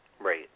Right